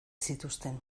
zituzten